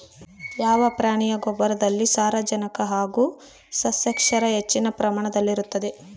ಯಾವ ಪ್ರಾಣಿಯ ಗೊಬ್ಬರದಲ್ಲಿ ಸಾರಜನಕ ಹಾಗೂ ಸಸ್ಯಕ್ಷಾರ ಹೆಚ್ಚಿನ ಪ್ರಮಾಣದಲ್ಲಿರುತ್ತದೆ?